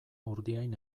urdiain